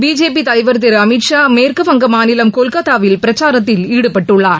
BJP தலைவர் திரு அமித் ஷா மேற்கு வங்க மாநிலம் கொல்கத்தாவில் பிரச்சாரத்தில் ஈடுபட்டுள்ளார்